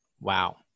Wow